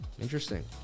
Interesting